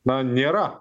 na nėra